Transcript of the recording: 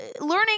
learning